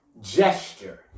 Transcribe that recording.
gesture